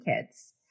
kids